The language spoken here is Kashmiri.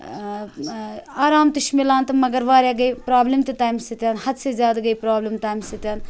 آرام تہِ چھِ میلان تہٕ مگر واریاہ گٔے پرٛابلِم تہِ تَمۍ سۭتۍ حد سے زیادٕ گٔے پرٛابلِم تَمۍ سۭتۍ